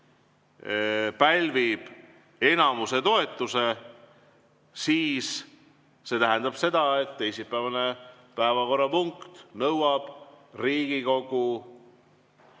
pälvib enamuse toetuse, siis see tähendab seda, et teisipäevane päevakorrapunkt nõuab Riigikogu